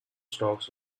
stocks